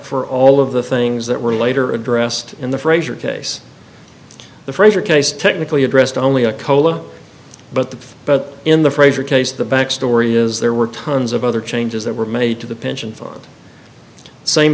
for all of the things that were later addressed in the frazier case the fraser case technically addressed only a cola but the but in the fraser case the backstory is there were tons of other changes that were made to the pension fund same